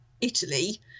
Italy